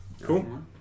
Cool